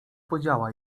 podziała